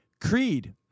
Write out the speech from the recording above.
creed